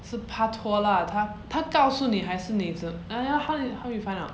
是 paktor lah 她她告诉你还是你 !aiya! how you how you find out